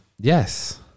Yes